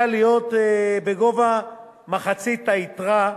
שהיה אמור להיות בגובה מחצית היתרה,